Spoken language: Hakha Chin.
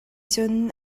cun